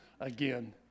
again